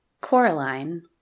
Coraline